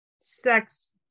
sex